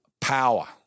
power